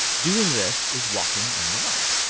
doing this is walking in the light.